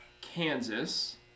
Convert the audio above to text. Kansas